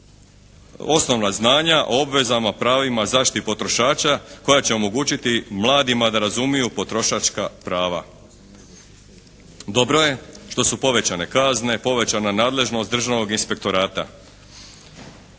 osnovna znanja o obvezama, pravima, zaštiti potrošača koja će omogućiti mladima da razumiju potrošačka prava. Dobro je što su povećane kazne, povećana nadležnost Državnog inspektorata.